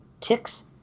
Ticks